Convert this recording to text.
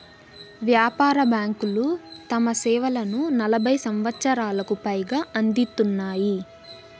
వ్యాపార బ్యాంకులు తమ సేవలను నలభై సంవచ్చరాలకు పైగా అందిత్తున్నాయి